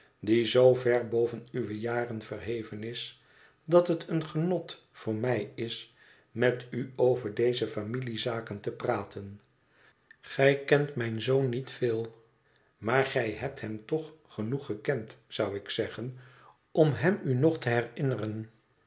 die zoo ver boven uwe jaren verheven is dat het een genot voor mij is met u over deze familiezaken te praten gij kent mijn zoon niet veel maar gij hebt hem toch genoeg gekend zou ik zeggen om hem u nog te herinneren